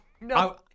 No